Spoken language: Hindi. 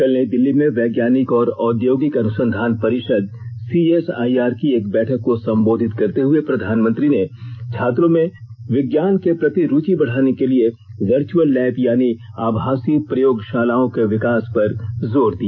कल नई दिल्ली में वैज्ञानिक और औद्योगिक अनुसंधान परिषद सी एस आई आर की एक बैठक को सम्बोधित करते हुए प्रधानमंत्री ने छात्रों में विज्ञान के प्रति रूचि बढ़ाने के लिए वर्च्अल लैब यानी आभासी प्रयोगशालाओं के विकास पर जोर दिया